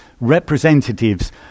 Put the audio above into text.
representatives